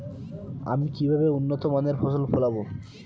আমি কিভাবে উন্নত মানের ফসল ফলাবো?